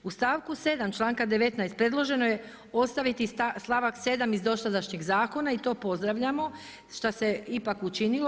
U stavku 7. članka 19. predloženo je ostaviti stavak 7. iz dosadašnjeg zakona i to pozdravljamo šta se ipak učinilo.